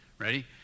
Ready